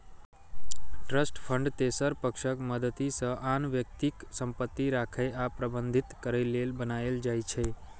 trust fund तेसर पक्षक मदति सं आन व्यक्तिक संपत्ति राखै आ प्रबंधित करै लेल बनाएल जाइ छै